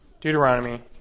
Deuteronomy